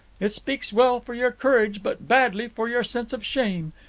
it speaks well for your courage but badly for your sense of shame.